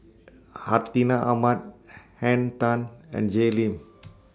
Hartinah Ahmad Henn Tan and Jay Lim